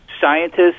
scientists